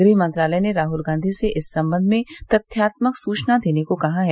गृह मंत्रालय ने राहुल गांधी से इस संबंध में तथ्यात्मक सूचना देने को कहा है